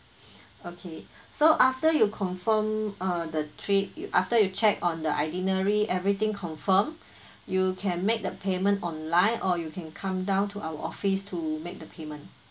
okay so after you confirm uh the three you after you check on the itinerary everything confirm you can make the payment online or you can come down to our office to make the payment